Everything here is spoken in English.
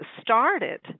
started